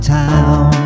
town